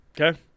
Okay